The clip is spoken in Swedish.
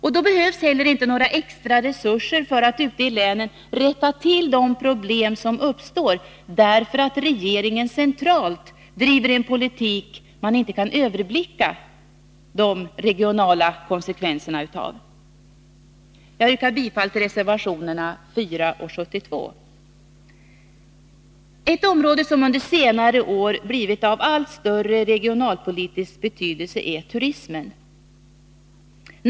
Och då behövs heller inte några extra resurser för att ute i länen rätta till de problem som uppstår därför att regeringen centralt driver en politik vars regionala konsekvenser man inte kan överblicka. Jag yrkar bifall till reservationerna 4 och 72. Ett område som under senare år blivit av allt större regionalpolitisk betydelse är turismen.